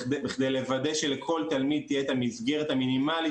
בכדי לוודא שלכל תלמיד תהיה את המסגרת המינימלית